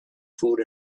food